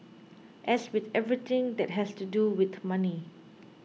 as with everything that has to do with money